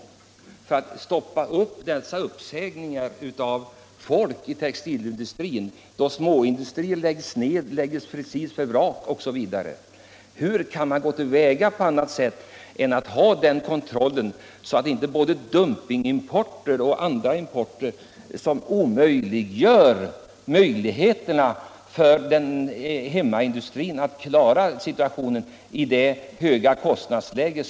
Man måste förhindra fortsatt uppsägning av anställda inom textilindustrin som föranleds av att industrier läggs ner. Kan man gå till väga på annat sätt än att ha denna kontroll av både dumpingimport och annan import, vilken gör det omöjligt för hemmaindustrin att klara situationen i det höga kostnadsläget?